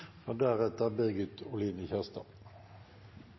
og deretter